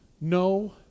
no